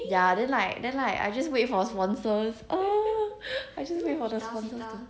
ya then like then like I'll just wait for sponsors oh I just wait for the sponsors